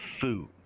food